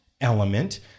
element